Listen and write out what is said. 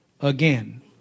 again